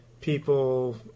people